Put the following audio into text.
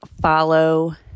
follow